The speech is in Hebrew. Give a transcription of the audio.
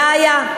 לאיה,